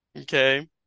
Okay